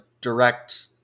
direct